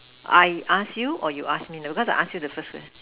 I ask you or you ask me now cos I ask you the first one